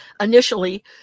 initially